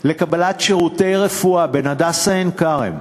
לקבלת שירותי רפואה בין "הדסה עין-כרם"